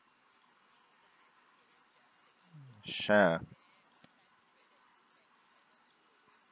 sure